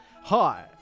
Hi